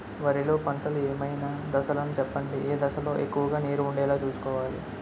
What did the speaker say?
వరిలో పంటలు ఏమైన దశ లను చెప్పండి? ఏ దశ లొ ఎక్కువుగా నీరు వుండేలా చుస్కోవలి?